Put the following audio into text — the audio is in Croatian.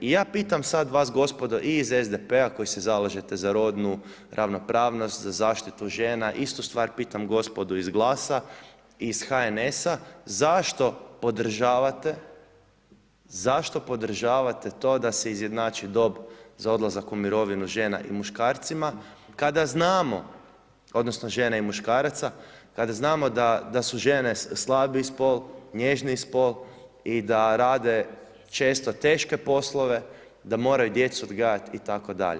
I ja pitam sad vas gospodo i iz SDP-a koji se zalažete za rodnu ravnopravnost, za zaštitu žena, istu stvar pitam gospodu iz GLAS-a i iz HNS-a zašto podržavate to da se izjednači dob za odlazak u mirovinu žena i muškarcima kada znamo, odnosno žena i muškaraca, kada znamo da su žene slabiji spol, nježniji spol i da rade često teške poslove, da moraju djecu odgajati itd.